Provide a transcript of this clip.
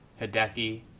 Hideki